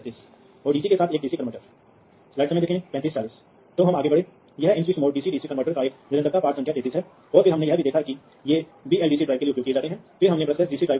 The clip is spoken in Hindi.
जबकि आपके पास हजारों चर हो सकते हैं फ़ील्डबस में तारों के एक ही जोड़े पर प्रेषित किया जा सकता है